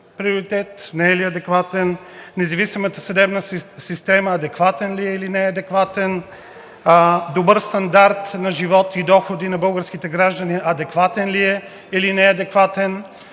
не е ли адекватен? Независимата съдебна система – адекватен ли е, или не е адекватен? Добър стандарт на живот и доходи на българските граждани – адекватен ли е, или не е адекватен?